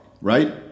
right